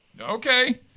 Okay